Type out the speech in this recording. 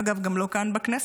אגב, גם לא כאן בכנסת,